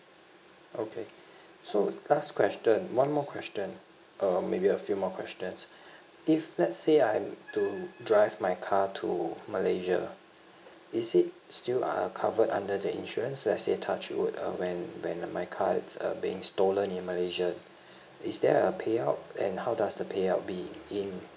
okay so last question one more question uh maybe a few more questions if let's say I'm to drive my car to malaysia is it still are covered under the insurance let's say touch wood uh when when my car is uh being stolen in malaysia is there a payout and how does the payout be in